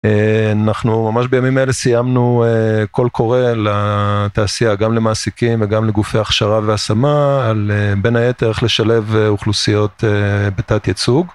אנחנו ממש בימים אלה סיימנו כל קורא לתעשייה, גם למעסיקים וגם לגופי הכשרה והשמה, על בין היתר איך לשלב אוכלוסיות בתת ייצוג.